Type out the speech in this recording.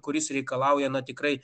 kuris reikalauja tikrai